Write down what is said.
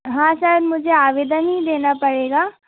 हाँ सर मुझे आवेदन ही देना पड़ेगा